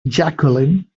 jacqueline